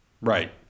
Right